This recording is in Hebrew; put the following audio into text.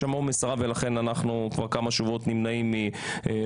יש שם עומס רב ולכן אנחנו כבר כמה שבועות נמנעים מלהעמיס